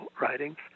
writings